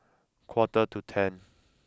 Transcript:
quarter to ten